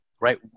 right